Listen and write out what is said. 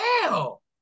hell